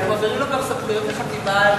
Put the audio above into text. אנחנו מעבירים לו גם סמכויות לחתימה על,